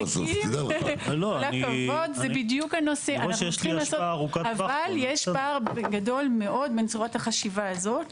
אבל יש פער גדול מאוד בין צורת החשיבה הזאת,